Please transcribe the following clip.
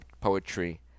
poetry